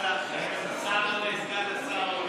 חברי הכנסת מתבקשים לעלות,